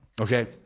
okay